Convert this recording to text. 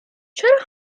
چرا